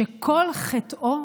שכל חטאו